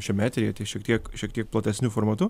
šiame eteryje tai šiek tiek šiek tiek platesniu formatu